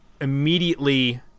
immediately